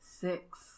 six